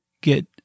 get